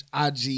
IG